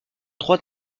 droit